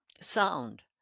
sound